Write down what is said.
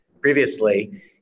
previously